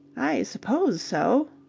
i suppose so.